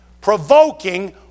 provoking